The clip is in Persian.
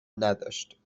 نداشت